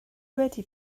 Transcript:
wedi